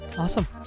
Awesome